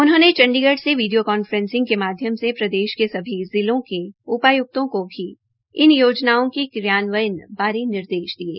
उन्होंने चंडीगढ़ मे video conferencing के माध्यम से प्रदेश के सभी जिलों के उपायक्तों को भी इन योजनाओं के क्रियानवयन बारे निर्देश दिये